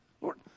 Lord